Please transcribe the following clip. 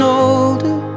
older